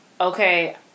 okay